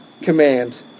command